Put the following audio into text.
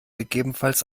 gegebenenfalls